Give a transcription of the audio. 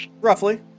Roughly